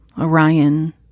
Orion